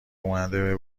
امده